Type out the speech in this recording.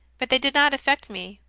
but they did not affect me.